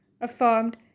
affirmed